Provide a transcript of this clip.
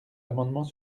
amendements